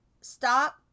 Stop